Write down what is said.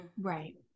Right